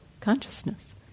consciousness